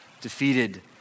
defeated